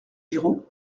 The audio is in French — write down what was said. giraud